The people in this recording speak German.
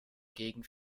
gegen